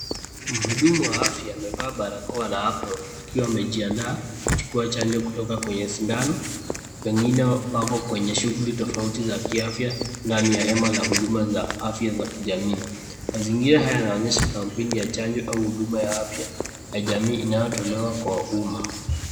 Mhudumu wa afya amevaa barakoa na apron akiwa amejiandaa kuchukua chanjo kutoka kwenye sindano, wengine wako kwenye shuguli tofauti za kiafya ndani ya hema la huduma za afya za kijamii, mazingira haya yanaonyesha kampuni ya chanjo au huduma ya afya ya jamii inayotolewa kwa umma.